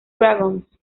dragons